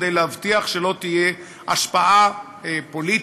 כדי להבטיח שלא תהיה השפעה פוליטית,